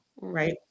right